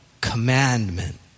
commandment